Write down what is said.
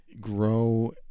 grow